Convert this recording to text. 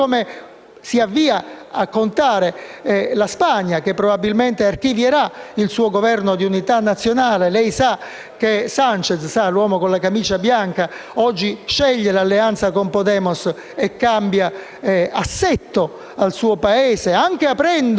Sanchez, l'uomo con la camicia bianca, oggi sceglie l'alleanza con Podemos e cambia assetto al suo Paese, anche aprendo alle forze catalane, cosa che il Governo centralista e corrotto di Rajoy non farà mai. Ci vuole coraggio,